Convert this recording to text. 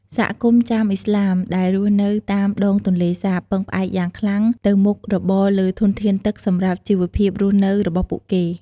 សហគមន៍ចាមឥស្លាមដែលរស់នៅតាមដង ទន្លេសាប ពឹងផ្អែកយ៉ាងខ្លាំងទៅមុខរបរលើធនធានទឹកសម្រាប់ជីវភាពរស់នៅរបស់ពួកគេ។